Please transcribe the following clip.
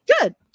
Good